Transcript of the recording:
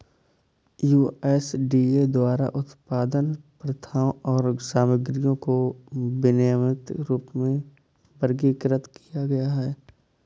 USDA द्वारा उत्पादन प्रथाओं और सामग्रियों को विनियमित रूप में वर्गीकृत किया गया है